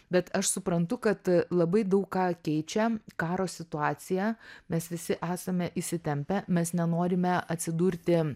bet aš suprantu kad labai daug ką keičia karo situacija mes visi esame įsitempę mes nenorime atsidurti